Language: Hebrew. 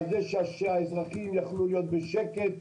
על זה שהאזרחים יכלו להיות בשקט.